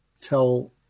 tell